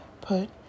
put